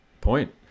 point